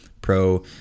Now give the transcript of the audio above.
pro